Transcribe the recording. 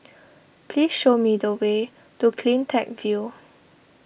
please show me the way to CleanTech View